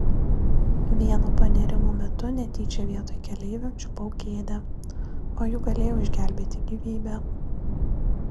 vieno panėrimo metu netyčia vietoj keleivio čiupau kėdę o juk galėjau išgelbėti gyvybę